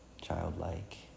childlike